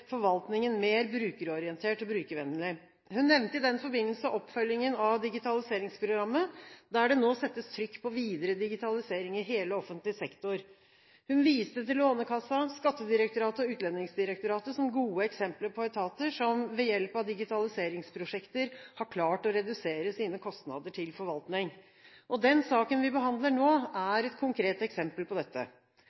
forvaltningen mer brukerorientert og brukervennlig.» Hun nevnte i den forbindelse oppfølgingen av digitaliseringsprogrammet, der det nå settes trykk på videre digitalisering i hele offentlig sektor. Hun viste til Lånekassen, Skattedirektoratet og Utlendingsdirektoratet som gode eksempler på etater, som ved hjelp av digitaliseringsprosjekter har klart å redusere sine kostnader til forvaltning. Den saken vi behandler nå,